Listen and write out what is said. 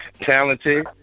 talented